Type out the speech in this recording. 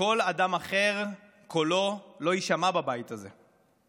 וכל אדם אחר, קולו לא יישמע בבית הזה.